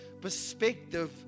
perspective